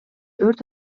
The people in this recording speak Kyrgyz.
өрт